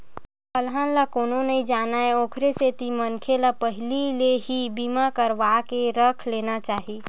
अलहन ला कोनो नइ जानय ओखरे सेती मनखे ल पहिली ले ही बीमा करवाके रख लेना चाही